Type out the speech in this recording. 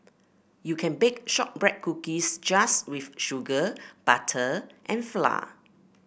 you can bake shortbread cookies just with sugar butter and flour